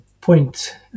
point